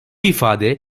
ifade